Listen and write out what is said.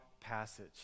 passage